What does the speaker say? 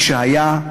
מי שהיה,